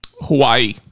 Hawaii